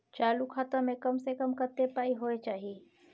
चालू खाता में कम से कम कत्ते पाई होय चाही?